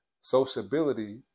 sociability